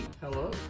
Hello